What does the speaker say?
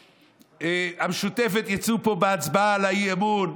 שהמשותפת יצאו פה בהצבעה על האי-אמון.